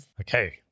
Okay